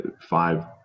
five